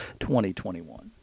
2021